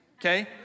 okay